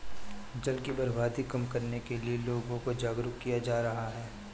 जल की बर्बादी कम करने के लिए लोगों को जागरुक किया जा रहा है